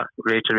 greater